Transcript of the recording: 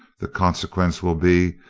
the consequence will be,